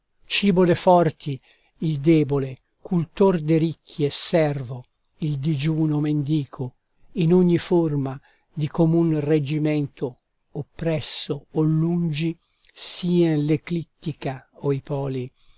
cibo de forti il debole cultor de ricchi e servo il digiuno mendico in ogni forma di comun reggimento o presso o lungi sien l'eclittica o i poli